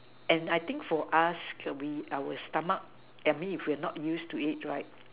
and I think for us we our stomach I mean if we are not used to it right